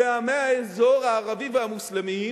לעמי האזור הערביים והמוסלמיים,